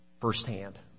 firsthand